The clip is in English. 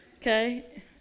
okay